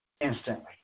instantly